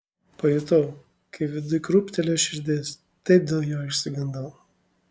pajutau kaip viduj krūptelėjo širdis taip dėl jo išsigandau